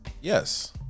yes